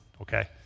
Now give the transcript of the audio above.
okay